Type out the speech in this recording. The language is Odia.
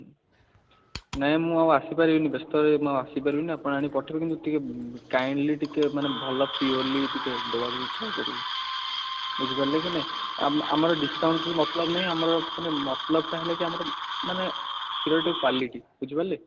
ନାହିଁ ମୁଁ ଆଉ ଆସିପାରିବି ନାହିଁ ବ୍ୟସ୍ତରେ ଆଉ ମୁଁ ଆଉ ଆସିପାରିବି ନାହିଁ ଆପଣ ଆଣିକି ପଠାଇବେ କିନ୍ତୁ ଟିକିଏ କାଇଣ୍ଡ୍ଲି ଟିକିଏ ଭଲ ପ୍ୟୋର୍ଲି ଟିକିଏ ଦେବାକୁ ଟ୍ରାଇ କରିବେ ବୁଝିପାରିଲେ କି ନାହିଁ ଆମର ଡ଼ିସ୍କାଉଣ୍ଟରେ ମତଲବ ନାହିଁ ଆଉ ଆମର ମତଲବଟା ହେଲା କି ଆମର ମାନେ କ୍ଷୀରଟି କ୍ୱାଲିଟି ବୁଝିପାରିଲେ